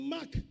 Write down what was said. Mark